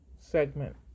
segment